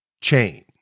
chain